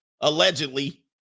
Allegedly